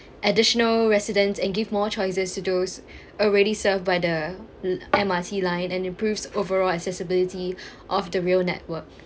additional residents and give more choices to those already served by the M_R_T line and improves overall accessibility of the rail network